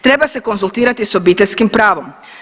Treba se konzultirati s obiteljskim pravom.